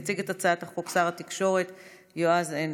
יציג את הצעת החוק שר התקשורת יועז הנדל.